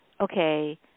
okay